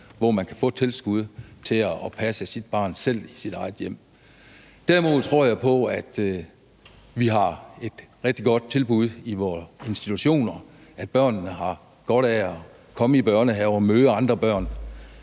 hvor man kan få tilskud til at passe sit barn i sit eget hjem. Derimod tror jeg på, at vi har et rigtig godt tilbud i vore institutioner, og at børnene har godt af at komme i børnehave og møde andre børn.